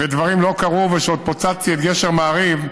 ודברים לא קרו, וכשעוד פוצצתי את גשר מעריב,